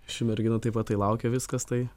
ši mergina taip pat tai laukia viskas tai